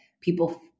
people